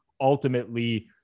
Ultimately